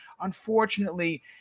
Unfortunately